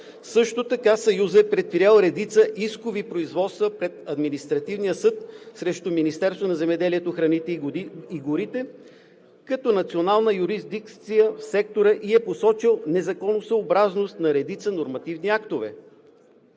Също така Съюзът е предприел редица искови производства пред Административния съд срещу Министерството на земеделието, храните и горите като национална юрисдикция в сектора и е посочил незаконосъобразност на редица нормативни актове.